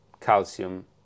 calcium